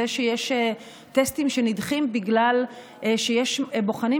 וזה שיש טסטים שנדחים בגלל שיש בוחנים